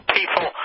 people